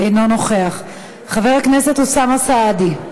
אינו נוכח, חבר הכנסת אוסאמה סעדי,